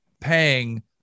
paying